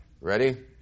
Ready